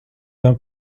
d’un